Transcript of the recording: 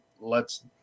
lets